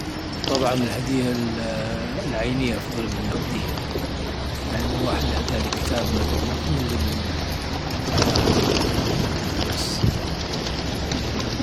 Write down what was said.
طبعا الهدية العينية أفضل من النقدية. يعني لو واحد أهدى لي كتاب مثلا أفضل من آآ، من فلوس.